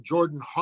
Jordan